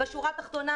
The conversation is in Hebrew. בשורה התחתונה,